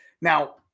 Now